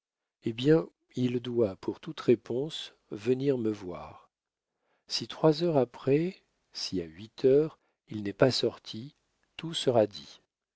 eh bien il doit pour toute réponse venir me voir si trois heures après si à huit heures il n'est pas sorti tout sera dit